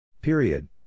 Period